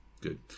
good